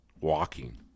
walking